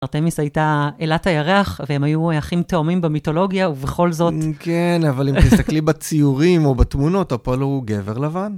ארתמיס הייתה אלת הירח, והם היו אחים תאומים במיתולוגיה, ובכל זאת... - כן, אבל אם תסתכלי בציורים או בתמונות, אפולו הוא גבר לבן.